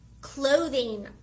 clothing